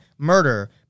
murder